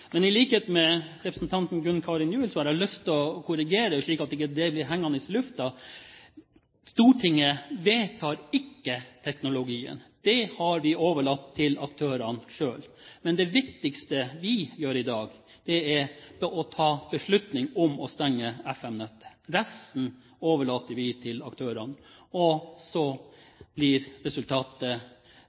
Men i likhet med representanten Gunn Karin Gjul har jeg lyst til å korrigere noe, slik at det ikke blir hengende i luften: Stortinget vedtar ikke teknologien. Det har vi overlatt til aktørene selv. Men det viktigste vi gjør i dag, er å ta beslutning om å stenge FM-nettet. Resten overlater vi til aktørene. Resultatet blir at de avgjørelsene de tar, og